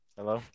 Hello